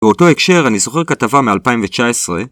באותו הקשר, אני זוכר כתבה מ-2019